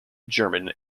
german